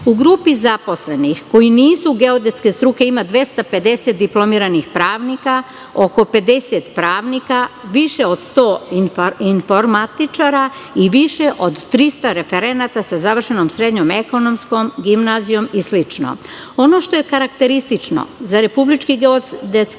U grupi zaposlenih, koji nisu geodetske struke, ima 250 diplomiranih pravnika, oko 50 pravnika, više od 100 informatičara i više od 300 referenata sa završenom srednjom ekonomskom, gimnazijom i slično. Ono što je karakteristično za RGZ i posebno za